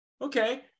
okay